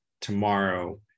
tomorrow